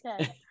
okay